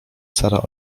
sara